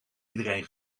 iedereen